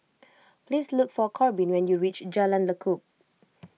please look for Korbin when you reach Jalan Lekub